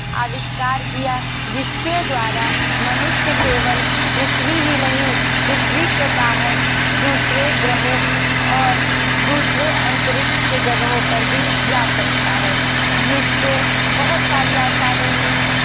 आविष्कार किया जिसके द्वारा मनुष्य केवल पृथ्वी ही नहीं पृथ्वी के बाहर दूसरे ग्रहों और दूसरे अंतरिक्ष के जगहों पर भी जा सकता है जिससे बहुत सारी आसानी हुई